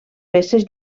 peces